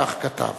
כך כתב.